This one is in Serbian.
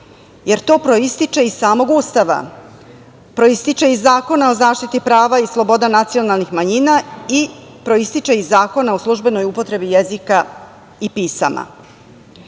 jer to proističe iz samog Ustava, proističe iz Zakona o zaštiti prava i sloboda nacionalnih manjina i proističe iz Zakona o službenoj upotrebi jezika i pisama. Drugi